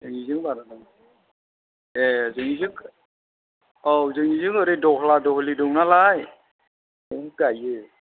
जोंनिजों बारा दं ए जोंनिजों औ जोंनिजों ओरै दहला दहलि दं नालाय बावनो गायो